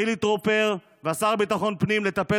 חילי טרופר והשר לביטחון הפנים לטפל